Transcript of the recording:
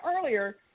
earlier